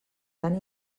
tan